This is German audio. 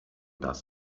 das